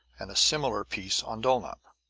and a similar piece on dulnop.